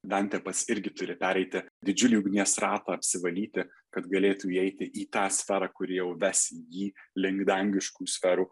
dantė pats irgi turi pereiti didžiulį ugnies ratą apsivalyti kad galėtų įeiti į tą sferą kuri jau ves jį link dangiškųjų sferų